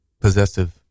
possessive